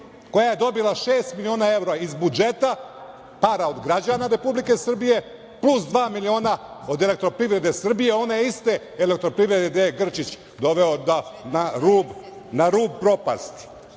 koja je dobila šest miliona evra iz budžeta, para od građana Republike Srbije, plus dva miliona od Elektroprivrede Srbije, one iste Elektroprivrede gde je Grčić doveo na rub propasti.